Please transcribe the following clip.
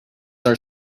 are